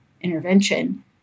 intervention